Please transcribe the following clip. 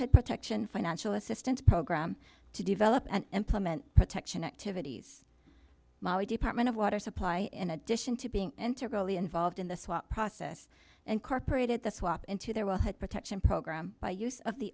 ead protection financial assistance program to develop and implement protection activities department of water supply in addition to being entered really involved in the swap process and corporate it the swap into there will have protection program by use of the